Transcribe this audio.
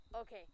Okay